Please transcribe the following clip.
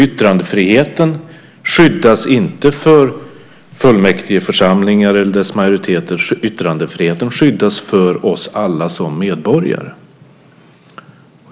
Yttrandefriheten skyddas inte för fullmäktigeförsamlingar eller dess majoriteter. Yttrandefriheten skyddas för oss alla som medborgare.